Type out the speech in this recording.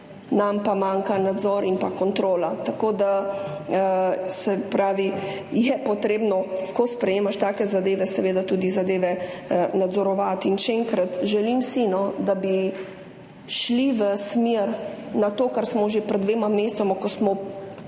nam pa manjkata nadzor in kontrola, tako da je potrebno, ko sprejemaš take zadeve, seveda tudi zadeve nadzorovati. In še enkrat, želim si, da bi šli v smer kot že pred dvema mesecema, ko smo